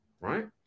Right